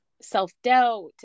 self-doubt